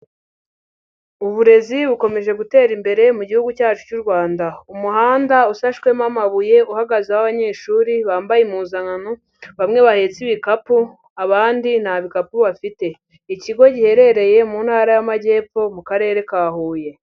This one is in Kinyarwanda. Uburezi bukomeje gutera imbere mu gihugu cyacu cy'u Rwanda, umuhanda usashwemo amabuye uhagazeho abanyeshuri bambaye impuzankano bamwe bahetse ibikapu abandi nta bikapu bafite, ikigo giherereye mu ntara y'Amajyepfo mu karere ka Huye.